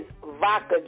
vodka